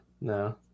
no